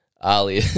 Ali